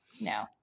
no